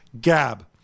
gab